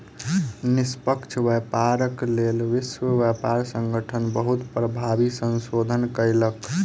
निष्पक्ष व्यापारक लेल विश्व व्यापार संगठन बहुत प्रभावी संशोधन कयलक